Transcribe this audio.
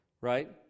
right